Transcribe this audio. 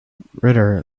ritter